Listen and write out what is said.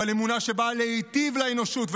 אבל אמונה שבאה להטיב לאנושות,